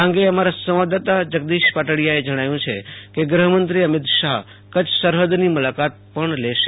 આ અંગે અમારા સંવાદદાતા જંગદીશ પાટડિયાએ જૈણાવ્યું છે કે ગૃહમંત્રી અમિત શાહ કચ્છ સરહદની મુલાકાત પણ લેશે